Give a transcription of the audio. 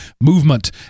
movement